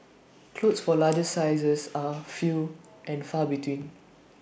clothes for larger sizes are few and far between